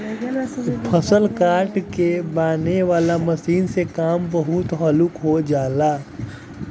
फसल काट के बांनेह वाला मशीन से काम बहुत हल्लुक हो जाला